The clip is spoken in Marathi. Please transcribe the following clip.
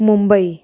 मुंबई